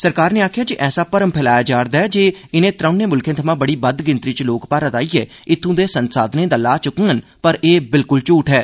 सरकार नै आखेआ ऐ जे ऐसा मरम फैलाया जा'रदा ऐ जे इनें त्रौनें मुल्खें थमां बड़ी बद्ध गिनतरी च लोक भारत आइयै इत्थुं दे संसाधनें दा लाह चुक्कडन पर एह विल्कुल झूठ ऐ